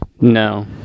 No